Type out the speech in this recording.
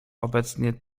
obecnie